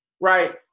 right